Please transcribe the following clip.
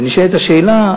ונשאלת השאלה,